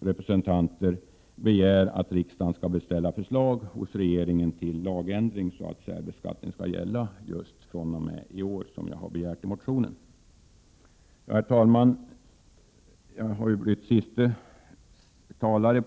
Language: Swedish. representanter yrkar att riksdagen skall begära förslag av regeringen om införande av särbeskattning fr.o.m. i år. Detta yrkande sammanfaller med kravet i min motion. Herr talman!